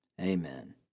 amen